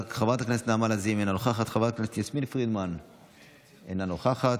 חברת הכנסת נעמה לזימי, אינה נוכחת,